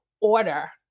order